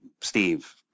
Steve